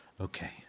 Okay